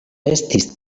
estis